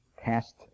past